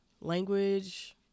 language